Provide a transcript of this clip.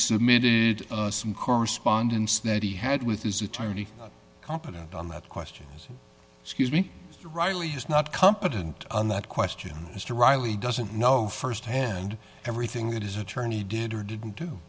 submitted some correspondence that he had with his attorney competent on that question scuse me reilly is not competent on that question mr reilly doesn't know st hand everything that is attorney did or didn't do